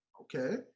okay